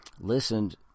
listened